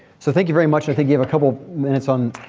so thank you very much. i think you have a couple minutes on.